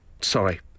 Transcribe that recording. Sorry